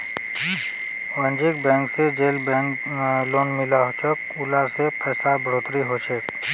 वानिज्ज्यिक बैंक से जेल बैंक लोन मिलोह उला से पैसार बढ़ोतरी होछे